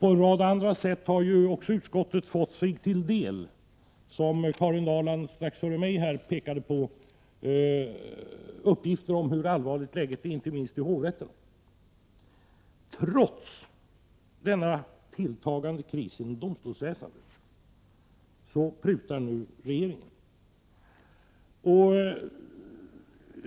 På en rad andra sätt har utskottet också fått sig till del — vilket Karin Ahrland pekade på — uppgifter om hur allvarligt läget är, inte minst i hovrätten. Trots denna tilltagande kris i domstolsväsendet prutar nu regeringen på resurserna.